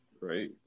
right